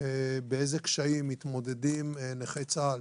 עם איזה קשיים מתמודדים נכי צה"ל